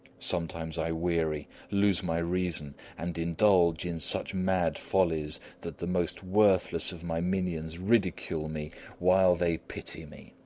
sometimes i weary, lose my reason, and indulge in such mad follies that the most worthless of my minions ridicule me while they pity me.